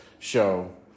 show